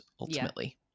ultimately